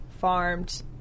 farmed